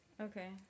okay